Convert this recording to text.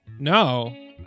No